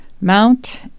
Mount